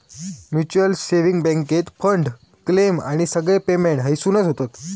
mutual saving बॅन्केत fund, claim आणि सगळे पेमेंट हयसूनच होतत